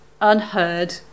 unheard